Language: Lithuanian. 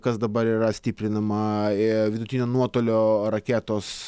kas dabar yra stiprinama e vidutinio nuotolio raketos